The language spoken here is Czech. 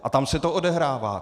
A tam se to odehrává!